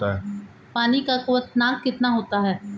पानी का क्वथनांक कितना होता है?